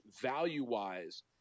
value-wise